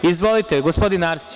Izvolite gospodine Arsiću.